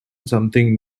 something